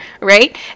right